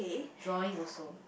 drawing also